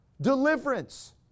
Deliverance